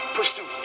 pursue